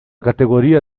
categoría